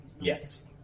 Yes